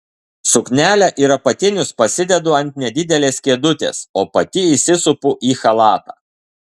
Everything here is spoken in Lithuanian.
suknelę ir apatinius pasidedu ant nedidelės kėdutės o pati įsisupu į chalatą